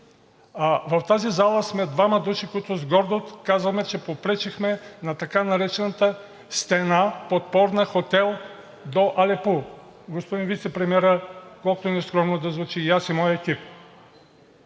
В тази зала сме двама души, които с гордост казваме, че попречихме на така наречената подпорна стена-хотел до Алепу – господин вицепремиерът и колкото и нескромно да звучи, аз и моят екип.